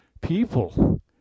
People